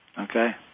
Okay